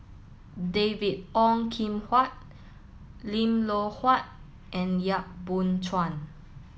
David Ong Kim Huat Lim Loh Huat and Yap Boon Chuan